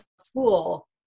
school